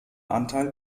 anteil